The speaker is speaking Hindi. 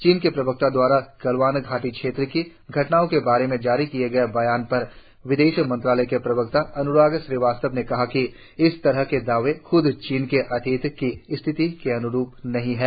चीन के प्रवक्ता द्वारा गलवान घाटी क्षेत्र की घटनाओं के बारे में जारी किए गए बयान पर विदेश मंत्रालय के प्रवक्ता अन्राग श्रीवास्तव ने कहा कि इस तरह के दावे ख्द चीन के अतीत की स्थिति के अन्रूप नहीं हैं